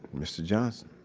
mr. johnson.